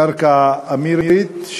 קרקע אמירית,